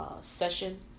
session